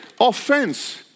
offense